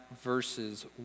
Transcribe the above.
verses